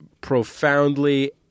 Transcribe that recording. profoundly